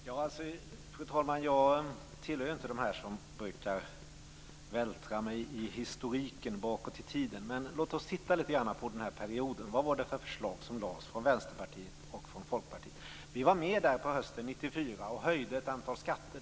Fru talman! Jag tillhör inte dem som brukar vältra sig i historiken och se bakåt. Men låt oss ändå titta på den här perioden och se vad det var för förslag som lades fram av Vänsterpartiet och Folkpartiet. Vi var med på hösten 1994 och höjde ett antal skatter.